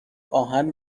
آهن